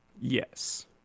Yes